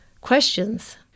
questions